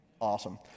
Awesome